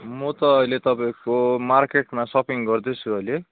म त अहिले तपाईँको मार्केटमा सपिङ गर्दैछु अहिले